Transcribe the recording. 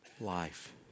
life